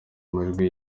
amajwi